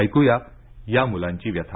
ऐकुया या मुलांची व्यथा